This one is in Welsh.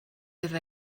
oedd